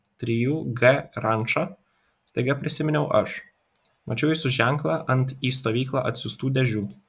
trijų g ranča staiga prisiminiau aš mačiau jūsų ženklą ant į stovyklą atsiųstų dėžių